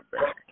back